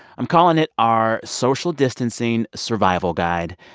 um calling it our social distancing survival guide,